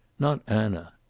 not anna.